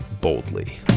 boldly